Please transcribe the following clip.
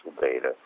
data